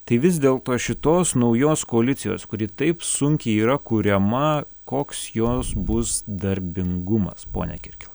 tai vis dėl to šitos naujos koalicijos kuri taip sunkiai yra kuriama koks jos bus darbingumas pone kirkil